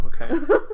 okay